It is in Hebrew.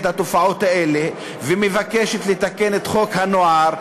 התופעות האלה ומבקשת לתקן את חוק הנוער,